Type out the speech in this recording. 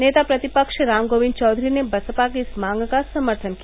नेता प्रतिपक्ष राम गोविंद चौघरी ने बसपा की इस मांग का समर्थन किया